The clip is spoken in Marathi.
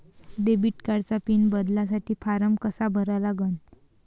डेबिट कार्डचा पिन बदलासाठी फारम कसा भरा लागन?